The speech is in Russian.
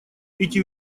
эти